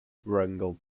wrangel